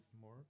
more